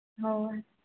ᱦᱳᱭ